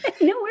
No